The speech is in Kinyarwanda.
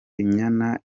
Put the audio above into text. inyana